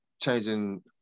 changing